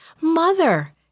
Mother